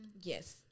Yes